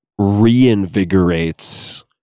reinvigorates